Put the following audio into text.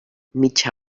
mitja